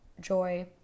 joy